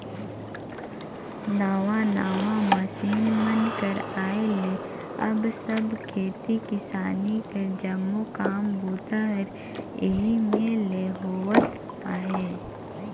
नावा नावा मसीन मन कर आए ले अब सब खेती किसानी कर जम्मो काम बूता हर एही मे ले होवत अहे